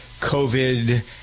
COVID